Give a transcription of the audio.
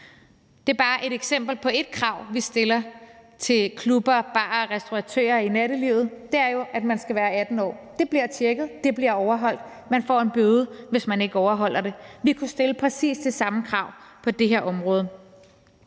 Det er bare et eksempel på et krav, vi stiller til klubber, barer og restauratører i nattelivet – det er jo, at man skal være 18 år. Det bliver tjekket, det bliver overholdt. Man får en bøde, hvis man ikke overholder det. Vi kunne stille præcis det samme krav på det her område.